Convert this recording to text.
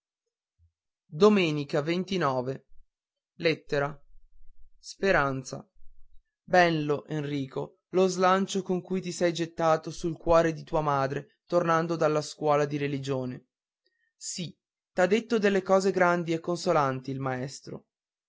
peranza mio ello nrico lo slancio con cui ti sei gettato sul cuore di tua madre tornando dalla scuola di religione si t'ha detto delle cose grandi e consolanti il maestro